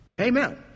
Amen